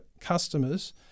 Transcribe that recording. customers